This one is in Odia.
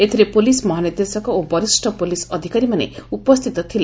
ଏଥିରେ ପୋଲିସ ମହାନିର୍ଦ୍ଦେଶକ ଓ ବରିଷ ପୋଲିସ ଅଧିକାରୀମାନେ ଉପସ୍ଥିତ ଥିଲେ